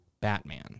Batman